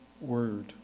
word